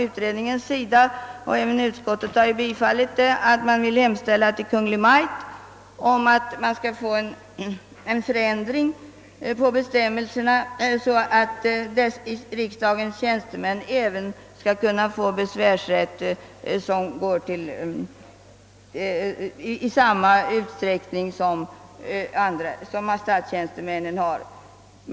Utredningen har föreslagit, vilket också tillstyrkts av utskottet, att det skall hemställas hos Kungl. Maj:t om en ändring av bestämmelserna, så att riksdagens tjänstemän får besvärsrätt i samma utsträckning som statstjänstemännen.